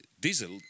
diesel